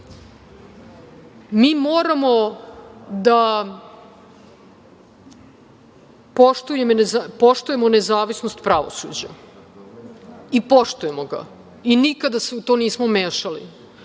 moramo da poštujemo nezavisnost pravosuđa i poštujemo ga i nikada se u to nismo mešali.Sećate